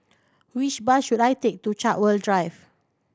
which bus should I take to Chartwell Drive